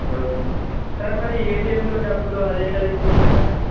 అవునా sir sir మరి ఏటిఎమ్లో డబ్బులు అది ఎట్లా తీసుకుంటారు సార్